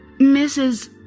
Mrs